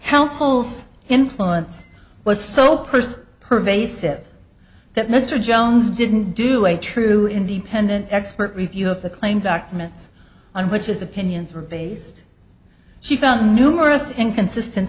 helpful zz influence was so pursed pervasive that mr jones didn't do a true independent expert review of the claim documents on which his opinions were based she found numerous and consisten